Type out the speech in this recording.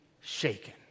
shaken